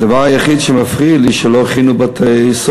הדבר היחיד שמפריע לי הוא שלא הכינו בתי-סוהר.